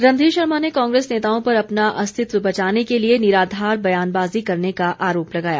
रणधीर शर्मा ने कांग्रेस नेताओं पर अपना अस्तित्व बचाने के लिए निराधार बयानबाज़ी करने का आरोप लगाया